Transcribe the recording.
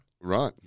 Right